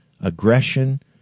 aggression